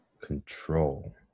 control